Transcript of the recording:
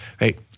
right